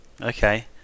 Okay